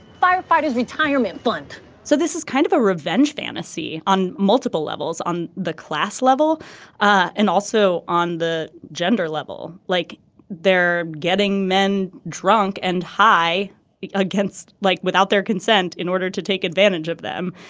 firefighters retirement fund so this is kind of a revenge fantasy on multiple levels on the class level and also on the gender. well like they're getting men drunk and high against like without their consent in order to take advantage of them.